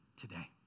today